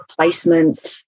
placements